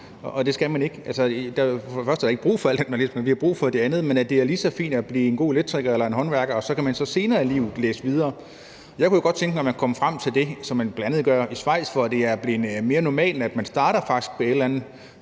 og det skal man ikke. For det første er der ikke brug for alle dem, der læser; for det andet er det lige så fint at blive en god elektriker eller håndværker, og så kan man senere i livet læse videre. Jeg kunne godt tænke mig, at man kom frem til det, som man bl.a. har gjort i Schweiz, hvor det er blevet mere normalt, at man faktisk starter med en eller anden